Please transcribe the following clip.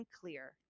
clear